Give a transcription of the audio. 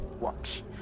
watch